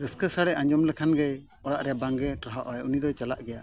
ᱨᱟᱹᱥᱠᱟᱹ ᱥᱟᱰᱮ ᱟᱸᱡᱚᱢ ᱞᱮᱠᱷᱟᱱ ᱜᱮ ᱚᱲᱟᱜ ᱨᱮ ᱵᱟᱝ ᱜᱮᱭ ᱴᱟᱨᱦᱟᱣ ᱟᱭ ᱩᱱᱤ ᱫᱚᱭ ᱪᱟᱞᱟᱜ ᱜᱮᱭᱟ